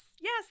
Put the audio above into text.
yes